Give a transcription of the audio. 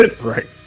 Right